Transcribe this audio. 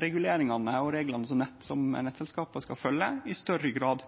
reguleringane og reglane som nettselskapa skal følgje, i større grad er like, og som gjer at det er ein større grad